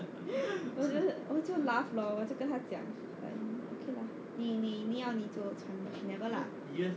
我就 laugh lor 我就跟她讲 okay lah 你你你要你就穿 but she never lah